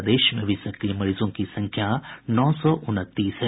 प्रदेश में अभी सक्रिय मरीजों की संख्या नौ सौ उनतीस है